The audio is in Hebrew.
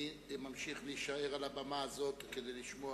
אני ממשיך להישאר על הבמה הזאת, כדי לשמוע